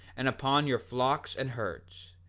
and upon your flocks and herds,